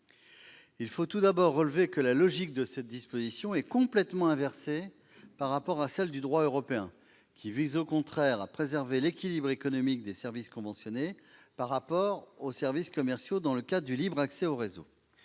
Il faut tout d'abord relever que la logique d'une telle disposition est complètement inverse de celle du droit européen. Celui-ci vise au contraire à préserver l'équilibre économique des services conventionnés par rapport aux services commerciaux dans le cadre du libre accès au réseau.